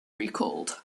recalled